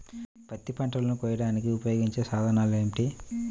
పత్తి పంటలను కోయడానికి ఉపయోగించే సాధనాలు ఏమిటీ?